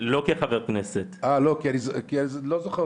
אין צורך